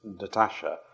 Natasha